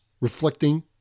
reflecting